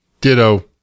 Ditto